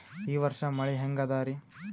ಈ ವರ್ಷ ಮಳಿ ಹೆಂಗ ಅದಾರಿ?